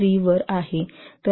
83 वर हाय आहे